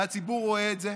והציבור רואה את זה,